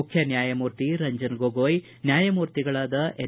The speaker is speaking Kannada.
ಮುಖ್ಯ ನ್ನಾಯಮೂರ್ತಿ ರಂಜನ್ ಗೊಗೊಯ್ ನ್ನಾಯಮೂರ್ತಿಗಳಾದ ಎನ್